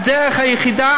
הדרך היחידה,